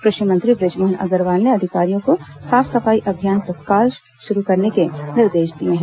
कृषि मंत्री बुजमोहन अग्रवाल ने अधिकारियों को साफ सफाई अभियान तत्काल शुरू करने के निर्देश दिए हैं